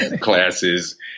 classes